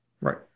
Right